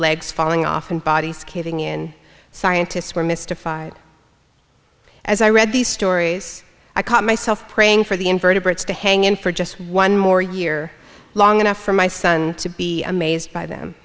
legs falling off and bodies caving in scientists were mystified as i read these stories i caught myself praying for the invertebrates to hang in for just one more year long enough for my son to be amazed by them